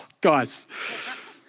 Guys